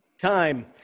Time